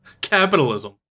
Capitalism